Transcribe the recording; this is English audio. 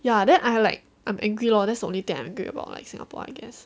ya then I like I'm angry loh that's the only thing I'm angry about like singapore I guess